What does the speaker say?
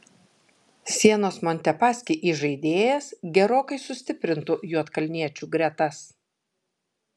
sienos montepaschi įžaidėjas gerokai sustiprintų juodkalniečių gretas